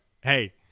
hey